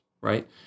right